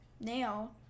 nail